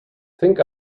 think